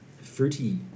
fruity